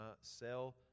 sell